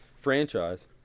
franchise